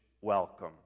welcome